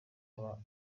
baba